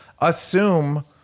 assume